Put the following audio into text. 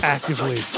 Actively